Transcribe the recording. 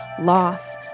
loss